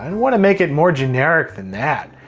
and want to make it more generic than that.